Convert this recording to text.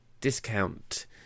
discount